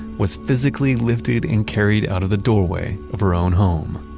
was physically lifted and carried out of the doorway of her own home